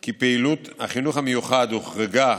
כי פעילות החינוך המיוחד הוחרגה